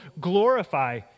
glorify